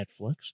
Netflix